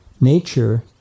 nature